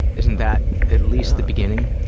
isn't that at least the beginning?